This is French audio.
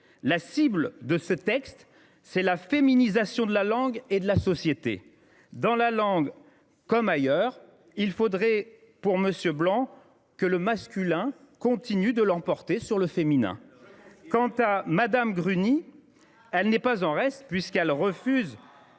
la cible de ce texte, c’est la féminisation de la langue et de la société. Dans la langue, comme ailleurs, il faudrait pour M. Blanc que le masculin continue de l’emporter sur le féminin. Je confirme ! Quant à Mme Gruny, elle n’est pas en reste, puisqu’elle refuse